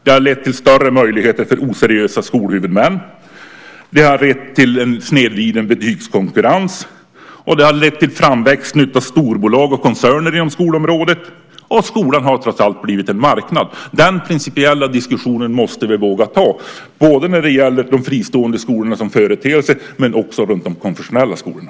Det har lett till större möjligheter för oseriösa skolhuvudmän. Det har lett till en snedvriden betygskonkurrens. Det har lett till framväxandet av storbolag och koncerner inom skolområdet. Och skolan har trots allt blivit en marknad. Den principiella diskussionen måste vi våga ta när det gäller de fristående skolorna som företeelse men också när det gäller de konfessionella skolorna.